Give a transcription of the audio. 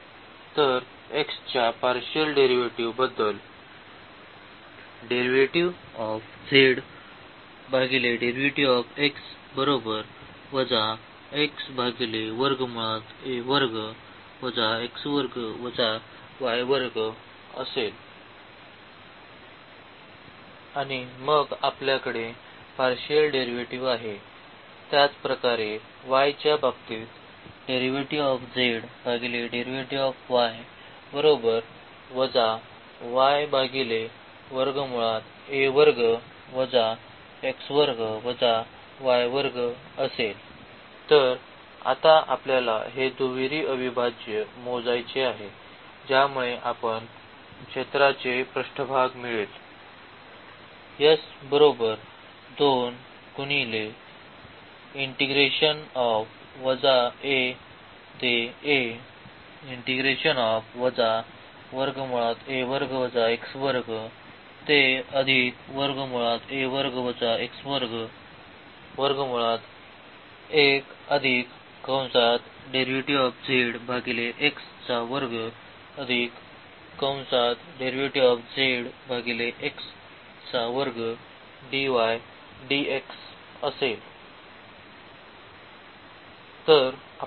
तर x च्या partial derivative बद्दल आणि मग आपल्याकडे पार्शिअल डेरिव्हेटिव्ह आहे त्याचप्रकारे y च्या बाबतीत तर आता आपल्याला हे दुहेरी अविभाज्य मोजायचे आहे ज्यामुळे आपल्याला क्षेत्राचे पृष्ठभाग मिळेल